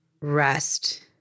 rest